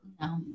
No